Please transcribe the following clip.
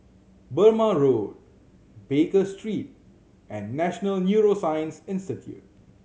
Burmah Road Baker Street and National Neuroscience Institute